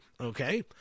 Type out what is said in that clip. okay